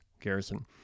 Garrison